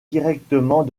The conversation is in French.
directement